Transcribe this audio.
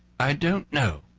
i don't know.